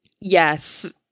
Yes